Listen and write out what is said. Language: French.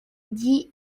dix